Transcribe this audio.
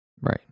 right